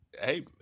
hey